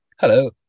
hello